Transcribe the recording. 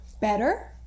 better